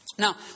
Now